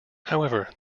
however